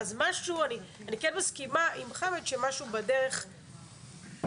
אז משהו, אני כן מסכימה עם חמד שמשהו בדרך נתקע.